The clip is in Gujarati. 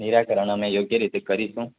નિરાકરણ અમે યોગ્ય રીતે કરીશું